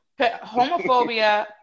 homophobia